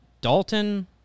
Dalton